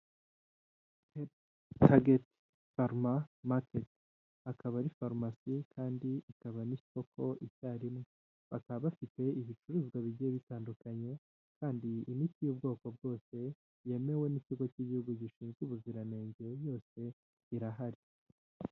Health, Target Pharma Market, akaba ari Farumasi kandi ikaba n'isoko icyarimwe, bakaba bafite ibicuruzwa bigiye bitandukanye, kandi imiti y'ubwoko bwose yemewe n'Ikigo k'Igihugu gishinzwe Ubuziranenge, yose irahari.